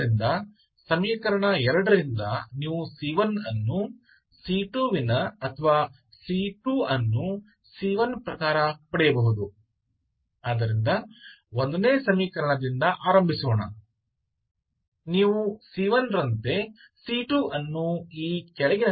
तो समीकरणों से आप c 1को c 2 के रूप में या c 2 को c 1 के रूप में प्राप्त कर सकते हैं